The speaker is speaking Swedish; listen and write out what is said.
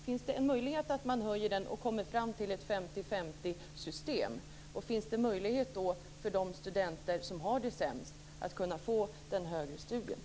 Finns det en möjlighet att man höjer den och kommer fram till ett 50-50-system, och finns det då möjlighet för de studenter som har det sämst att bedriva högre studier?